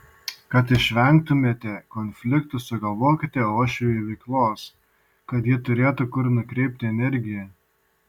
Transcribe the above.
kad išvengtumėte konfliktų sugalvokite uošvei veiklos kad ji turėtų kur nukreipti energiją